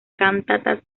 cantatas